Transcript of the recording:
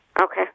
Okay